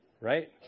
Right